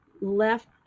left